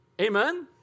Amen